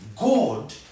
God